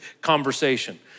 conversation